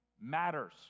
matters